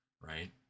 right